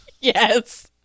Yes